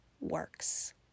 works